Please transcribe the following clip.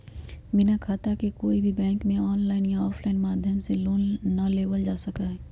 बिना खाता के कोई भी बैंक में आनलाइन या आफलाइन माध्यम से लोन ना लेबल जा सका हई